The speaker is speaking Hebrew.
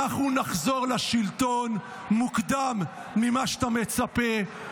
אנחנו נחזור לשלטון מוקדם ממה שאתה מצפה,